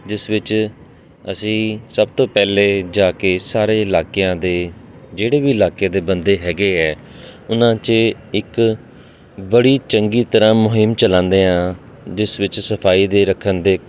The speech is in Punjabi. ਜਿਸ ਵਿੱਚ ਅਸੀਂ ਸਭ ਤੋਂ ਪਹਿਲੇ ਜਾ ਕੇ ਸਾਰੇ ਇਲਾਕਿਆਂ ਦੇ ਜਿਹੜੇ ਵੀ ਇਲਾਕੇ ਦੇ ਬੰਦੇ ਹੈਗੇ ਹੈ ਉਹਨਾਂ 'ਚ ਇੱਕ ਬੜੀ ਚੰਗੀ ਤਰ੍ਹਾਂ ਮੁਹਿੰਮ ਚਲਾਉਂਦੇ ਹਾਂ ਜਿਸ ਵਿੱਚ ਸਫਾਈ ਦੇ ਰੱਖਣ ਦੇ